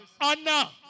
Anna